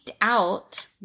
out